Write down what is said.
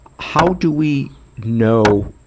how do we know,